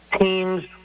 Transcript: teams